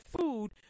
food